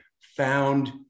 found